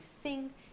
sing